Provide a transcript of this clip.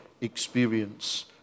experience